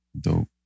Dope